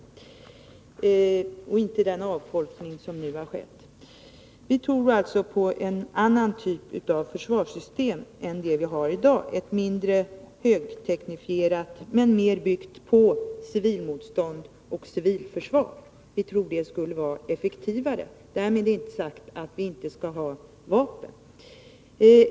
Vi vill ha inflyttning till skärgårdarna och inte den avfolkning som nu har skett. Vi tror alltså på en annan typ av försvarssystem än det vi har i dag, ett system som är mindre högteknifierat och mer byggt på civilmotstånd och civilförsvar. Vi tror att det skulle vara effektivare. Därmed inte sagt att vi inte skall ha vapen.